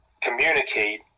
communicate